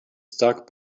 struck